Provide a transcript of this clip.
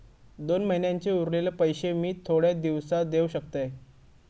दोन महिन्यांचे उरलेले पैशे मी थोड्या दिवसा देव शकतय?